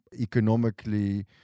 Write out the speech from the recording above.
economically